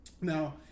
Now